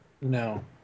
no